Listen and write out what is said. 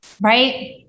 right